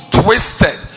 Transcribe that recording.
twisted